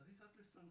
צריך רק לסנכרן.